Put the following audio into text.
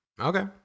Okay